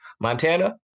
Montana